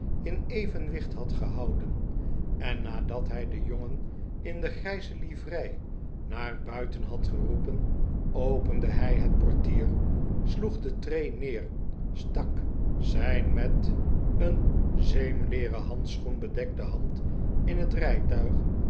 in evenwicht had gehouden en nadat hij den jongen in de grijze livrei naar buiten had geroepen opende hij het portier sloeg de tree neer stak zijn met een zeemleeren handschoen bedekte hand in het rijtuig